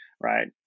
right